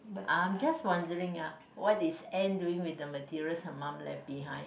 um I'm just wondering uh what is Anne doing with the materials her mum left behind